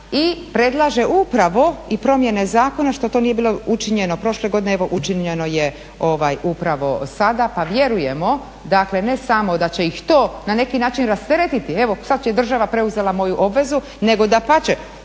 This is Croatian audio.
i predlaže upravo i promjene zakona što to nije bilo učinjeno prošle godine. Evo učinjeno je upravo sada, pa vjerujemo dakle ne samo da će ih to na neki način rasteretiti. Evo sad je država preuzela moju obvezu, nego dapače.